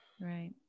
right